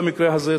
במקרה הזה,